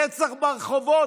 רצח ברחובות.